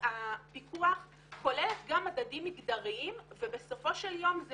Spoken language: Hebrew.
הפיקוח כוללת גם מדדים מגדריים ובסופו של יום זה